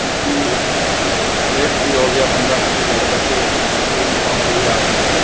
جی کافی late late بھی ہو گیا پندرہ دن سے زیادہ بچے بنا یونیفارم کے ہی آ رہے ہیں